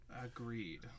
Agreed